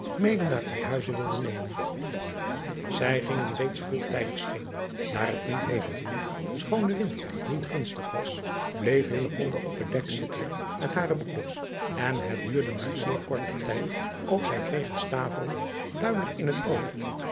mede naar nkhuizen wilde nemen ij gingen reeds vroegtijdig scheep aar het niet hevig woei schoon de wind niet gunstig was bleef op het dek zitten met driaan oosjes zn et leven van illegonda uisman hare broeders en het duurde maar zeer korten tijd of zij kregen taveren duidelijk in het oog